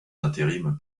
d’intérim